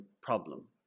problem